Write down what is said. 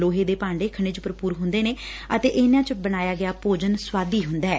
ਲੋਹੇ ਦੇ ਭਾਂਡੇ ਖਣਿਜ ਭਰਪੂਰ ਹੂੰਦੇ ਨੇਂ ਅਤੇ ਇਨੂਾ ਚ ਬਣਾਇਆ ਗਿਆ ਭੋਜਨ ਸਵਾਦੀ ਹੁੰਦੈ